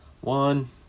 One